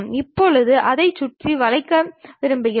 இப்போது அதை சுற்றி வளைக்க விரும்புகிறோம்